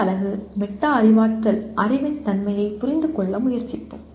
அடுத்த அலகு மெட்டா அறிவாற்றல் அறிவின் தன்மையைப் புரிந்துகொள்ள முயற்சிப்போம்